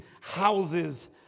houses